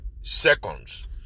seconds